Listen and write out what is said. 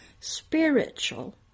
Spiritual